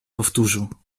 powtórzył